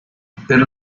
per